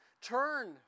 turn